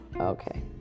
Okay